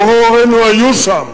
והורי הורינו היו שם,